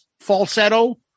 falsetto